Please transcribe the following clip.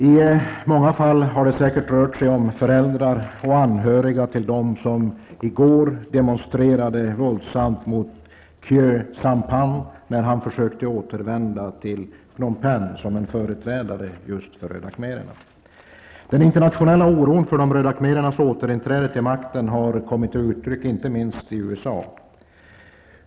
I många fall var det säkert föräldrar och anhöriga till dem som i går våldsamt demonstrerade mot Khieu Sampan när han försökte återvända till Pnom Penh som företrädare för just röda khmererna. Den internationella oron för de röda khmerernas återkomst till makten har inte minst kommit till uttryck i USA.